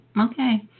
Okay